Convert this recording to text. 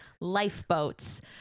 lifeboats